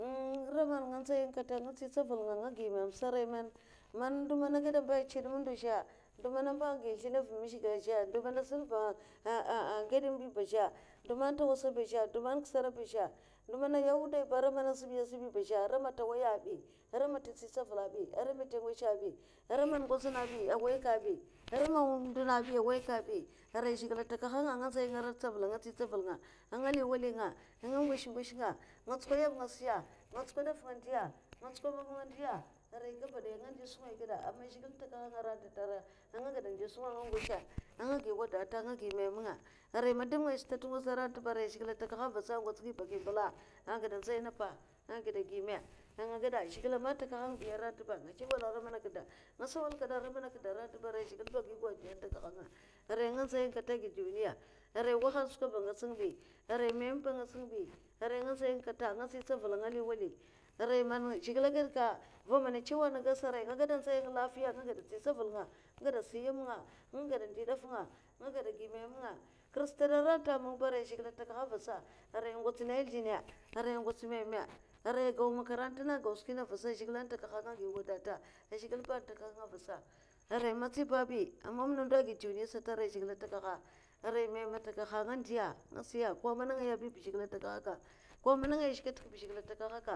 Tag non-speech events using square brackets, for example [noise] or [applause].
[hesitation] ara man nga ndzay kata anga tsi tsavul anga gi mèmèm sa aran man ndo mana zlaha a chan ma ndo zhe man ba an gau zlina avuna azuna zhe, ndo mana asunva agdmu bi b azhe ndo man ntawasa'a ba zhe ndo man nkisara ba azhe ndo mana an yau wudai ara mana azbay azbay bi ba zhe, da aran man nta nwoya bi aran man nta ntsi ntsaval bi ba azhe aran man nta ngecha bi, aran mana anga ngchenabi, ara man ndo nab awaika bi aray zhigilè atakaha. nga nzay nga ara nstavala anga nsti ntsavala nga, anga li wali nga, anga ngosh ngosh nga, nga nchuko nyam nga siya nga nchuko daf nfa ndiya nga nchuko mèmè nga ndiya arai gadaya anga ndi sunga ai gada aaman zhigilè atakahaka, arantanta ba anga gada ndi sunga anga ngosha anga gi wadata anga gi meme nga, rai man dhoum ngay stad ntu ngoza ehgada nte ba arai zhigile n'takahanga avasa an ngots gui baki mbula'a agada nzay na pa agada gyi me. anga gada zhigile man n'takahang bi aranta ba nga dzuwala had ara kda, nga nsawala kada ara nkda aranta ntu ba wai zhigile sa agi godiya nga tagada anga aran nga nzay kata nga agide duniya arai wahala skwa ba ngecha ngu bi arai meme ba anga ngets nga bi arai nga nxay kata anga ntsi ntsaval naga li wali aran man zhigile gadka va monai achew an gadasa nga gadanzay ngalafiya anga gada ntsi ntsaval nga, anga gada nsi myam nga, anga gada ndi daf nga, anga gada gimeme nga kr stad aranta ntu ba arai zhigile n'takaha avasa arai ngotsa anda zlina arai ngots meme arai gau makaranta na agau skwi na avasa ah zhigile n'takaha agyi wadata an zhgile ba ann'takahanga avasa ara mutsiba bi amamna ndo agide duniya sata, aray zhigilè atakaha ara meme ntakahan anga ndiya anga siya ko mana ngaya bi ba zhigilè n'takahanka ko mana ngaya zhe katak ba arai zhigile n'takahanka.